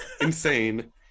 insane